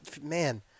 man